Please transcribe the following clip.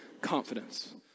confidence